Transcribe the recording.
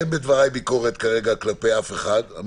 אין בדבריי ביקורת כרגע כלפי מישהו,